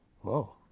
Whoa